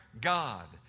God